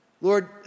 Lord